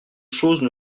choses